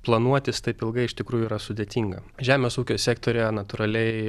planuotis taip ilgai iš tikrųjų yra sudėtinga žemės ūkio sektoriuje natūraliai